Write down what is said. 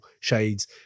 shades